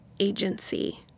Agency